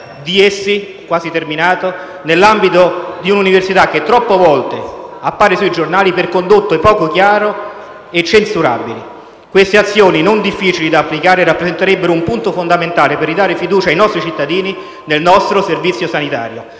di essi nell'ambito di un'università che troppe volte appare sui giornali per condotte poco chiare e censurabili. Queste azioni, non difficili da applicare, rappresenterebbero un punto fondamentale per ridare fiducia ai nostri cittadini nel Servizio sanitario